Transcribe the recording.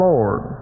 Lord